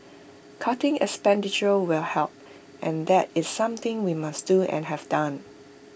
cutting expenditure will help and that is something we must do and have done